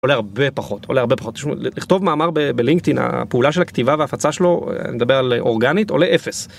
עולה הרבה פחות. עולה הרבה פחות. תשמעו, לכתוב מאמר בלינקדאין, הפעולה של הכתיבה וההפצה שלו, אני מדבר על אורגנית, עולה אפס.